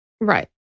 Right